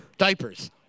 Diapers